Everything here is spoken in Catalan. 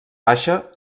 baixa